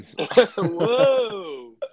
Whoa